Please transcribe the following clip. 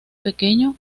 pequeño